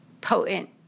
potent